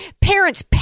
parents